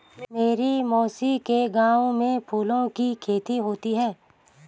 मेरी मौसी के गांव में फूलों की खेती होती है